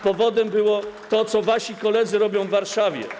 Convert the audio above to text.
Powodem było to, co wasi koledzy robią w Warszawie.